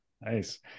Nice